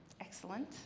Excellent